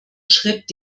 schritt